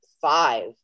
five